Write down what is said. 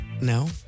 No